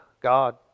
God